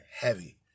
heavy